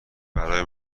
برای